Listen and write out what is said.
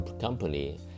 company